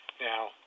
Now